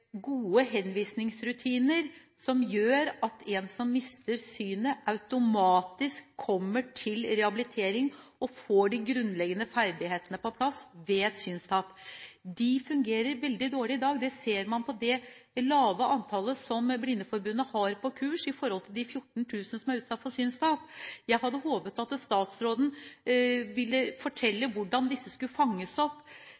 gode henvisningsrutiner som gjør at en som mister synet, automatisk kommer til rehabilitering og får de grunnleggende ferdighetene på plass ved et synstap. Dette fungerer veldig dårlig i dag. Det ser man på det lave antallet som Blindeforbundet har på kurs, i forhold til de 14 000 som er utsatt for synstap. Jeg hadde håpet at statsråden ville